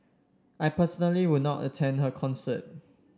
I personally would not attend her concert